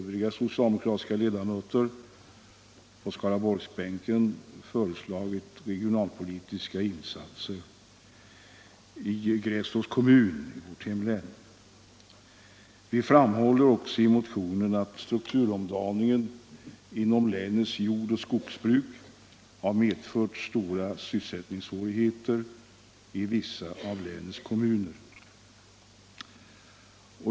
Vi framhåller också i motionen att strukturomdaningen inom länets jord och skogsbruk har medfört stora sysselsättningssvårigheter i vissa av länets kommuner.